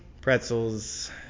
pretzels